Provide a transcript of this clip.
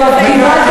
טוב, קיבלת